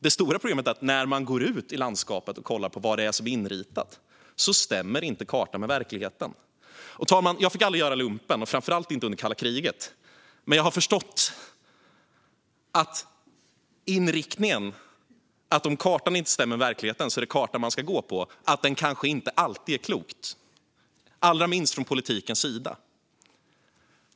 Det stora problemet är att när man går ut i landskapet och kollar på vad som är inritat stämmer inte kartan med verkligheten. Fru talman! Jag fick aldrig göra lumpen, och framför allt inte under kalla kriget, men jag har förstått att inriktningen att det är kartan man ska gå på även om kartan inte stämmer med verkligheten kanske inte alltid är klok, allra minst från politikens sida.